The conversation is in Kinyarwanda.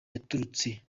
yaturutse